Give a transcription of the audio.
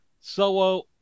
Solo